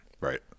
Right